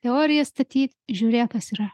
teorijas statyt žiūrėk kas yra